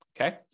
okay